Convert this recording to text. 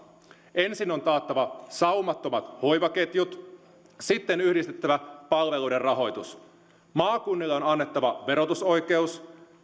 ensin on taattava saumattomat hoivaketjut sitten yhdistettävä palveluiden rahoitus maakunnille on on annettava verotusoikeus